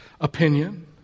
opinion